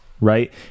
right